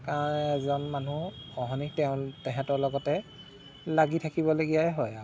কাৰণ এজন মানুহ অহৰ্নিশ তেহেঁতৰ লগতে লাগি থাকিবলগীয়াই হয় আৰু